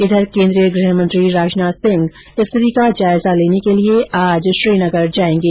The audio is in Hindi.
इधर केन्द्रीय गृह मंत्री राजनाथ सिंह स्थिति का जायजा लेने के लिये आज श्रीनगर जायेंगे